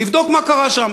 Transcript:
לבדוק מה קרה שם.